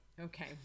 Okay